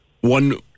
One